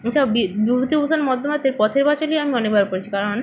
এছাড়াও বি বিভূতিভূষণ বন্দ্যোপাধ্যায়ের পথের পাঁচালীও আমি অনেকবার পড়েছি কারণ